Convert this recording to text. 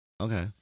Okay